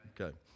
Okay